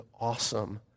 awesome